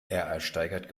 ersteigert